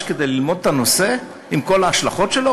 כדי ללמוד את הנושא עם כל ההשלכות שלו?